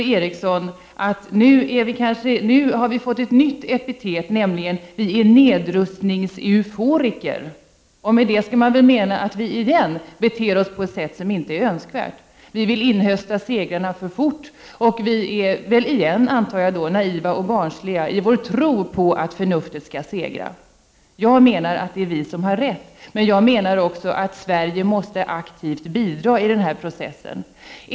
Nu har vi fått ett nytt epitet. Nu får vi höra att vi är nedrustningseuforiker. Med det menar man väl att vi igen beter oss på ett sätt som inte är önskvärt. Vi vill inhösta segrarna för fort, menar man, och vi är väl — igen, antar jag — naiva och barnsliga i vår tro på att förnuftet skall segra. Jag menar att det är vi som har rätt, men jag menar också att Sverige aktivt måste bidra i den här processen.